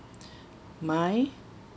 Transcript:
my